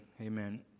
amen